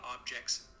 objects